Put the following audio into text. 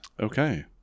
Okay